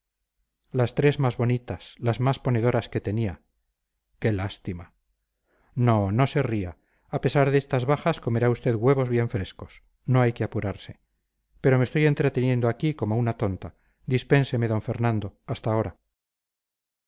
las tres más bonitas las más ponedoras que tenía qué lástima no no se ría a pesar de estas bajas comerá usted huevos bien frescos no hay que apurarse pero me estoy entreteniendo aquí como una tonta dispénseme d fernando hasta ahora